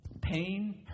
pain